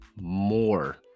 more